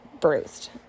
bruised